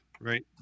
right